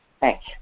Thanks